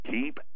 Keep